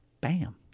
bam